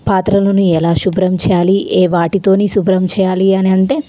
పాత్రలను ఎలా శుభ్రం చెయ్యాలి ఏ వాటితోని శుభ్రం చేయాలి అనంటే